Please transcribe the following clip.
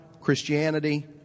Christianity